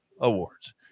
Awards